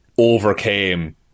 overcame